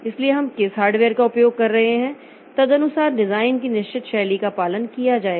इसलिए हम किस हार्डवेयर का उपयोग कर रहे हैं तदनुसार डिजाइन की निश्चित शैली का पालन किया जाएगा